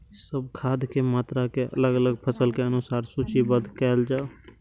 सब खाद के मात्रा के अलग अलग फसल के अनुसार सूचीबद्ध कायल जाओ?